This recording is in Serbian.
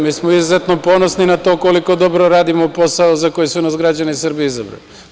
Mi smo izuzetno ponosni na to koliko dobro radimo posao za koji su nas građani Srbije izabrali.